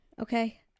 Okay